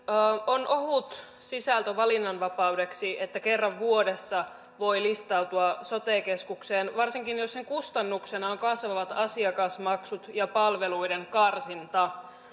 on ohut sisältö valinnanvapaudeksi että kerran vuodessa voi listautua sote keskukseen varsinkin jos sen kustannuksena ovat kasvavat asiakasmaksut ja palveluiden karsinta